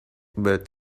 but